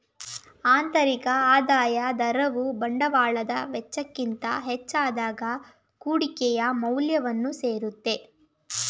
ಆಂತರಿಕ ಆದಾಯದ ದರವು ಬಂಡವಾಳದ ವೆಚ್ಚಕ್ಕಿಂತ ಹೆಚ್ಚಾದಾಗ ಕುಡಿಕೆಯ ಮೌಲ್ಯವನ್ನು ಸೇರುತ್ತೆ